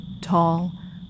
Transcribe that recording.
Tall